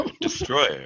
Destroyer